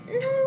No